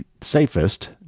safest